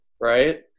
right